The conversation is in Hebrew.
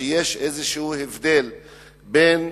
שיש איזה הבדל בין,